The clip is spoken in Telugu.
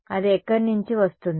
అది ఎక్కడ నుండి వస్తుంది